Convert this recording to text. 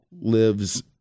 lives